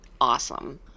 awesome